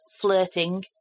flirting